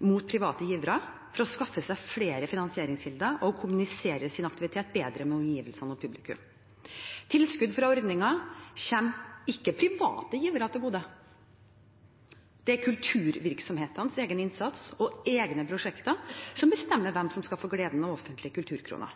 mot private givere for å skaffe seg flere finansieringskilder og kommunisere sin aktivitet bedre med omgivelsene og publikum. Tilskudd fra ordningen kommer ikke private givere til gode. Det er kulturvirksomhetenes egen innsats og egne prosjekter som bestemmer hvem som skal få gleden av offentlige kulturkroner.